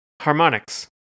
harmonics